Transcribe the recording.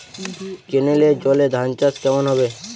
কেনেলের জলে ধানচাষ কেমন হবে?